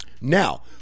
Now